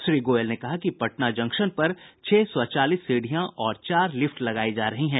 श्री गोयल ने कहा कि पटना जंक्शन पर छह स्वचालित सीढ़ियां और चार लिफ्ट लगाई जा रही हैं